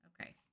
Okay